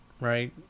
Right